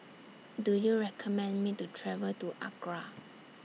Do YOU recommend Me to travel to Accra